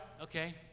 okay